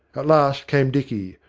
at last came dicky,